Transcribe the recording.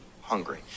hungry